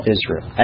Israel